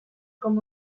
com